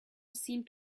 seemed